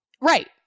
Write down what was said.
Right